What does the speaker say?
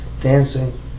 dancing